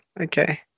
Okay